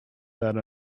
that